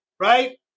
Right